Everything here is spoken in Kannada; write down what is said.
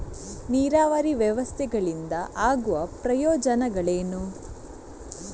ನೀರಾವರಿ ವ್ಯವಸ್ಥೆಗಳಿಂದ ಆಗುವ ಪ್ರಯೋಜನಗಳೇನು?